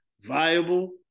viable